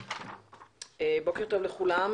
בוקר טוב לכולם,